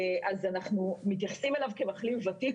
אנחנו מתייחסים אליו כמחלים ותיק.